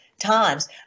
times